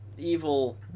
Evil